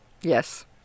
Yes